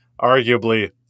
arguably